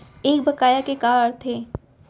एक बकाया के का अर्थ हे?